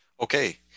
okay